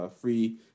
free